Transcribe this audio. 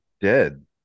dead